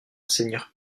seigneur